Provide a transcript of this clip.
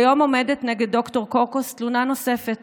כיום עומדת נגד ד"ר קורקוס תלונה נוספת